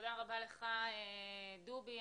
תודה רבה לך, דובי.